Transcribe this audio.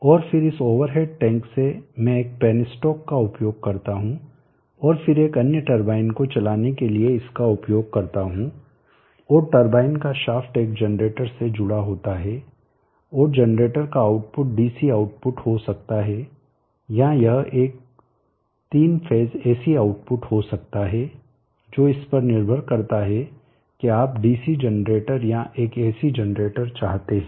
और फिर इस ओवर हेड टैंक से मैं एक पेनस्टॉक का उपयोग करता हूं और फिर एक अन्य टरबाइन को चलाने के लिए इसका उपयोग करता हूं और टरबाइन का शाफ्ट एक जनरेटर से जुड़ा होता है और जनरेटर का आउटपुट डीसी आउटपुट हो सकता है या यह एक 3 फेज एसी आउटपुट हो सकता है जो इस पर निर्भर करता है की आप डीसी जनरेटर या एक एसी जनरेटर चाहते हैं